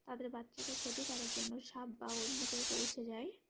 তাদের বাচ্চাকে ক্ষতি করার জন্য সাপ বা অন্য কেউ পৌঁছে যায়